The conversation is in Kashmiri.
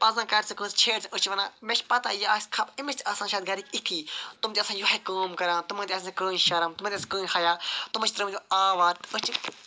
پَتہٕ زَن کَرِ سُہ کٲنٛسہِ چھیڑ أسۍ چھِ ونان مےٚ چھِ پَتاہ یہِ آسہِ خَب أمس تہِ آسَن شاید گَرٕکۍ یِتھی تم تہِ آسَن یہے کٲم کران تمن تہِ آسہِ نہٕ کٕہٕنۍ شرم تمن تہِ آسہِ نہٕ کٕہٕنۍ حیا تمو چھِ ترٲمٕتۍ یِم آوارٕ أسۍ چھِ